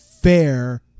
fair